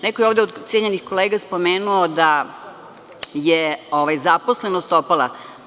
Neko je ovde od cenjenih kolega spomenuo da je zaposlenost opala.